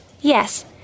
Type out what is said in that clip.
Yes